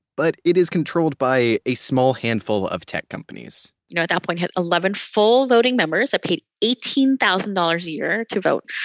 but it is controlled by a small handful of tech companies you know, at that point, it had eleven full voting members, that paid eighteen thousand dollars a year to vote.